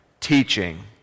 teaching